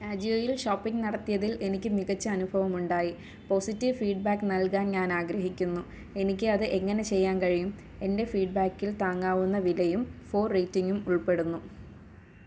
ആജിയോയിൽ shopping നടത്തിയതിൽ എനിക്ക് മികച്ച അനുഭവമുണ്ടായി പോസിറ്റീവ് ഫീഡ്ബാക്ക് നൽകാൻ ഞാൻ ആഗ്രഹിക്കുന്നു എനിക്ക് അത് എങ്ങനെ ചെയ്യാൻ കഴിയും എന്റെ ഫീഡ്ബാക്കിൽ താങ്ങാവുന്ന വിലയും ഫോര് റേറ്റിംഗും ഉൾപ്പെടുന്നു